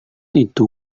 itu